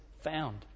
found